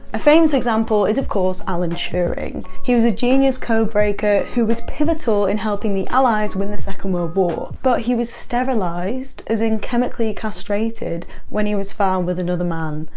a famous example is of course alan turing. he was a genius codebreaker who was pivotal in helping the allies win the second world war. but he was sterilised, as in chemically castrated when he was found with another man.